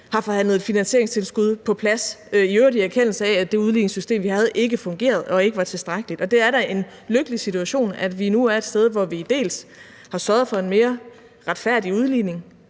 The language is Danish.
har forhandlet finansieringstilskud på plads – i øvrigt i erkendelse af at det udligningssystem, vi havde, ikke fungerede og ikke var tilstrækkeligt. Og det er da en lykkelig situation, at vi nu er et sted, hvor vi har sørget for en mere retfærdig udligning,